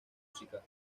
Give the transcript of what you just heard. música